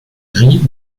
gris